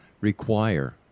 require